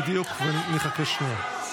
ונחכה שנייה.